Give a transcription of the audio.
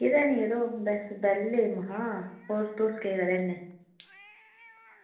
कुदै निं यरो बस बेह्ले में हा होर तुस केह् कराने